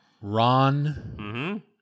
Ron